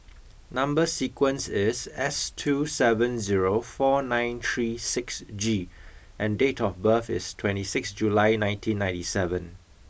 number sequence is S two seven zero four nine three six G and date of birth is twenty six July nineteen ninety seven